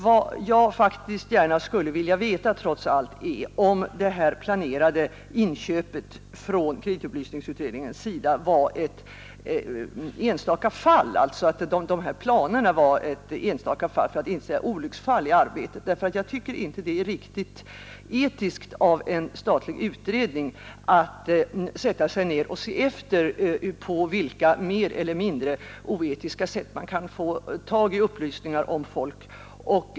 Vad jag faktiskt gärna skulle vilja veta trots allt är om planerna på inköp från kreditupplysningsutredningens sida var en enstaka företeelse — dvs. ett olycksfall i arbetet; jag tycker nämligen inte att det är riktigt etiskt av en statlig utredning att sätta sig ned och se efter på vilka mer eller mindre oetiska sätt man kan få tag i upplysningar om folk.